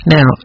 Now